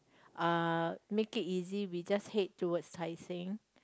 uh make it easy we just head towards Tai-Seng